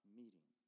meeting